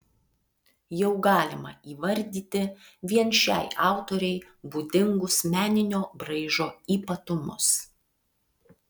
jau galima įvardyti vien šiai autorei būdingus meninio braižo ypatumus